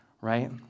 right